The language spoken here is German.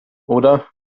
oder